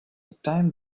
time